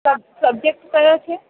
સબ subject કયો છે